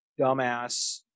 dumbass